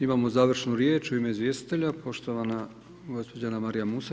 Imamo završnu riječ u ime izvjestitelja, poštovana gospođa Anamarija Musa.